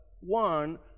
one